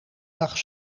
dag